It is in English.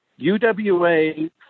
UWA